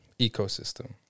ecosystem